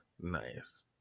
nice